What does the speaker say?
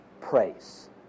praise